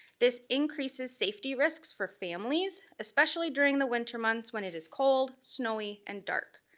this increases safety risks for families, especially during the winter months when it is cold, snowy and dark.